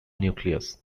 nucleus